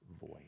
voice